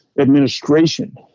administration